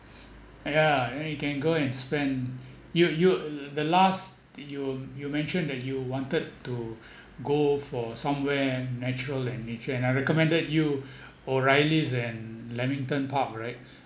yeah and you can go and spend you you the last did you you mention that you wanted to go for somewhere natural and nature I recommended you o'reilly's and lamington park right